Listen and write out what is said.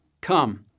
Come